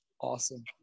Awesome